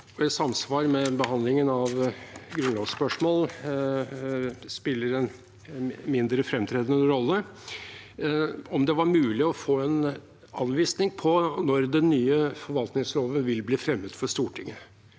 og som ved behandlingen av grunnlovsspørsmål spiller en mindre framtredende rolle, om det var mulig å få en anvisning på når den nye forvaltningsloven vil bli fremmet for Stortinget.